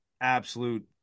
absolute